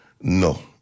No